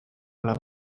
ole